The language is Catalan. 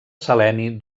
seleni